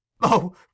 Oh